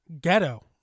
Ghetto